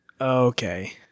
Okay